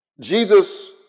Jesus